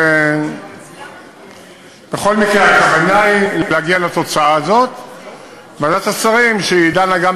אבל ועדת השרים החליטה,